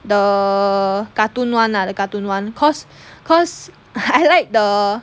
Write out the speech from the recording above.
the cartoon [one] lah the cartoon [one] cause cause I like the